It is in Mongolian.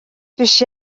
биш